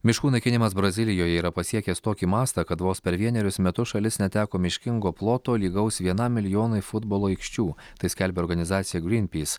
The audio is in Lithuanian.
miškų naikinimas brazilijoje yra pasiekęs tokį mastą kad vos per vienerius metus šalis neteko miškingo ploto lygaus vienam milijonui futbolo aikščių tai skelbia organizacija grynpys